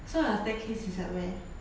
so your staircase is at where